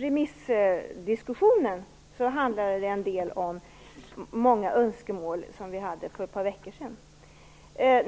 Remissdiskussionen handlade till en del om många önskemål som vi hade för ett par veckor sedan. Jag